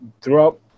throughout